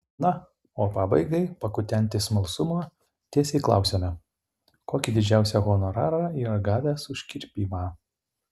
na o pabaigai pakutenti smalsumo tiesiai klausiame kokį didžiausią honorarą yra gavęs už kirpimą